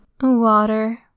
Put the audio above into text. Water